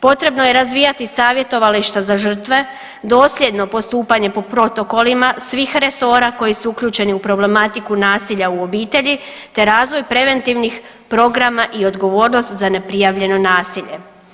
Potrebno je razvijati savjetovališta za žrtve, dosljedno postupanje po protokolima svih resora koji su uključeni u problematiku nasilja u obitelji, te razvoj preventivnih programa i odgovornost za neprijavljeno nasilje.